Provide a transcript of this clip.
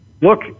look